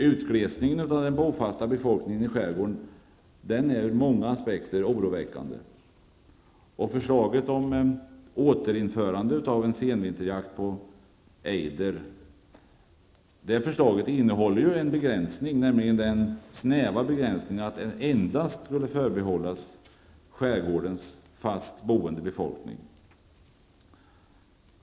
Utglesningen av den bofasta befolkningen i skärgården är oroväckande ur många aspekter. Förslaget om återinförande av senvinterjakt på ejder innehåller en begränsning, nämligen den snäva begränsningen att den endast skulle förbehållas skärgårdens fast boende befolkning.